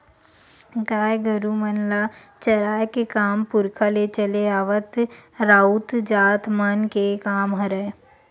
गाय गरु मन ल चराए के काम पुरखा ले चले आवत राउत जात मन के काम हरय